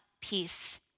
peace